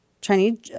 Chinese